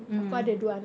mm mm